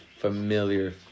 familiar